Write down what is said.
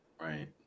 Right